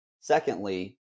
Secondly